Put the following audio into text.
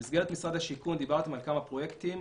במסגרת משרד השיכון דיברתם על כמה פרויקטים.